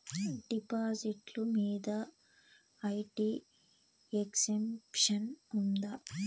డిపాజిట్లు మీద IT exemption ఉందా?